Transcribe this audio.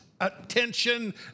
attention